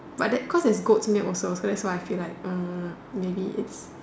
but that cause it's goat milk also so that's why I feel like maybe is